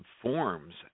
forms